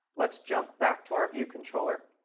let's jump back to our view controller.